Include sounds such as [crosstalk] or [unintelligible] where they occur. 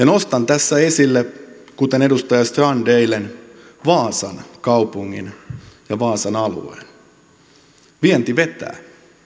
[unintelligible] nostan tässä esille kuten edustaja strand eilen vaasan kaupungin ja vaasan alueen vienti vetää